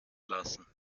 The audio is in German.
lassen